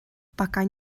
пока